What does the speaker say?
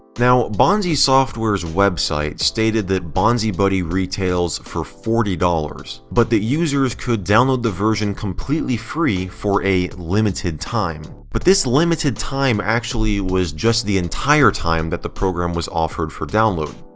now, bonzi software's website stated that bonzibuddy retails for forty dollars, but the users could download the version completely free for a limited time. but this limited limited time actually was just the entire time that the program was offered for download.